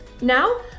Now